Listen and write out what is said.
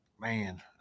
man